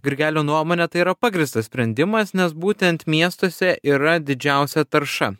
grigelio nuomone tai yra pagrįstas sprendimas nes būtent miestuose yra didžiausia tarša